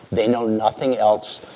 they know nothing else.